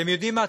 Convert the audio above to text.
אתם יודעים מה?